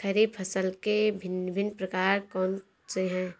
खरीब फसल के भिन भिन प्रकार कौन से हैं?